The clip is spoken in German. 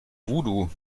voodoo